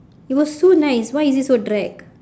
it was so nice why is it so drag